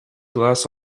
glass